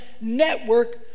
network